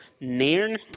Nairn